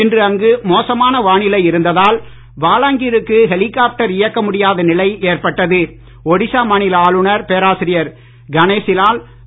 இன்று அங்கு மோசமான வானிலை இருந்ததால் பாலாங்கீருக்கு ஹெலிகாப்டர் இயக்க முடியாத நிலை ஒடிசா மாநில ஆளுநர் பேராசிரியர் கணேசிலால் ஏற்பட்டது